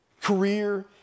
Career